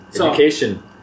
Education